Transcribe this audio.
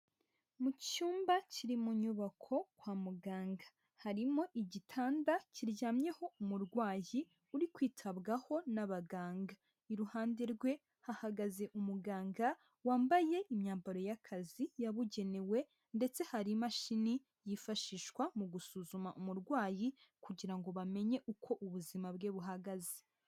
Mu cyumba kiri mu nyubako kwa muganga harimo igitanda kiryamyeho umurwayi uri kwitabwaho n'abaganga, iruhande rwe hahagaze umuganga wambaye imyambaro y'akazi yabugenewe ndetse hari imashini yifashishwa mu gusuzuma umurwayi kugira ngo bamenye uko ubuzima bwe buhagaze.